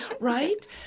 Right